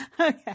Okay